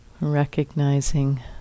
Recognizing